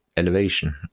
elevation